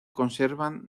conservan